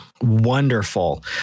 Wonderful